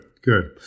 Good